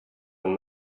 than